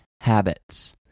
habits